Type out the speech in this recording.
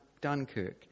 Dunkirk